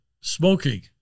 smoking